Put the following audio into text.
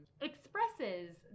expresses